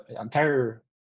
entire